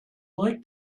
like